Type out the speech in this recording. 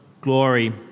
glory